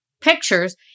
pictures